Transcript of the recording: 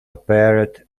appeared